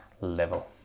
level